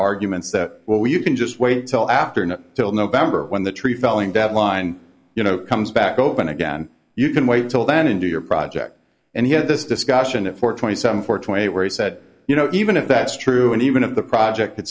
arguments that well you can just wait until after not till november when the tree felling deadline you know comes back open again you can wait till then and do your project and he had this discussion at four twenty seven four twenty eight where he said you know even if that's true and even of the project would